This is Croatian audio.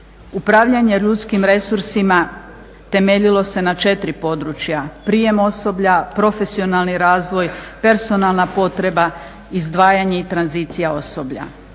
Upravljanje ljudskim resursima temeljilo se na četiri područja – prijem osoblja, profesionalni razvoj, personalna potreba, izdvajanje i tranzicija osoblja.